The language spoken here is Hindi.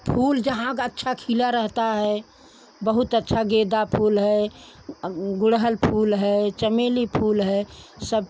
फूल जहाँ अच्छा खिला रहता है बहुत अच्छा गेंदा फूल है गुडहल फूल है चमेली फूल है सब